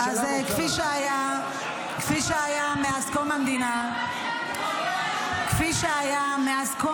ותהיה ועדת חקירה --- חבר הכנסת